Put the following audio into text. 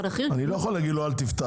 אני לא יכול להגיד לו לא לפתוח.